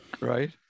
Right